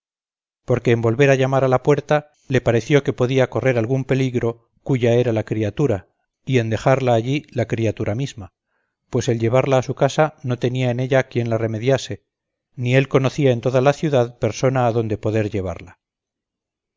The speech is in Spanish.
porque en volver á llamar á la puerta le pareció que podia correr peligro aquella cuya era la criatura y en dejarla allí la criatura misma pues el llevarla á su casa no tenia en ella quien la remediase ni él conocía en toda la ciudad persona adonde poder llevarla